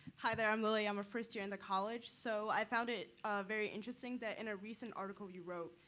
hi, there. i'm lilly. i'm a first year in the college. so i found it very interesting that in a recent article you wrote,